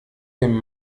dem